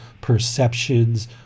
perceptions